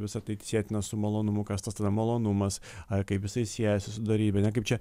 visa tai tsietina su malonumu kas tas malonumas a kaip jisai siejasi su dorybe ane kaip čia